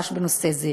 כנדרש בנושא הזה,